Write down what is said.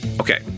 Okay